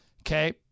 Okay